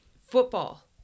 Football